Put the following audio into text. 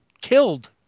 killed